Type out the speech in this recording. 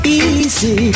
easy